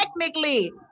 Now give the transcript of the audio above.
Technically